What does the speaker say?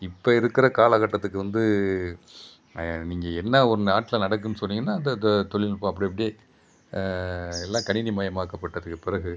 இப்போ இருக்கிற காலக்கட்டத்துக்கு வந்து நீங்கள் என்ன ஒன்று நாட்டில் நடக்கும் சொன்னிங்கன்னா அந்த தொழில்நுட்பம் அப்படி அப்படியே எல்லாம் கணினி மயமாக்கப்பட்டதுக்கு பிறகு